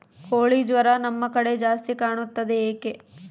ಕೋಳಿ ಜ್ವರ ನಮ್ಮ ಕಡೆ ಜಾಸ್ತಿ ಕಾಣುತ್ತದೆ ಏಕೆ?